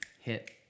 hit